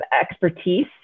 expertise